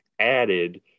added